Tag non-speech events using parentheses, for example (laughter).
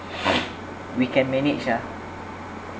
(noise) we can manage ah